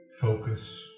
Focus